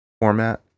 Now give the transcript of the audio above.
format